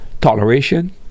toleration